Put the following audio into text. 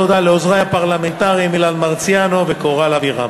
תודה לעוזרי הפרלמנטריים אילן מרסיאנו וקורל אבירם.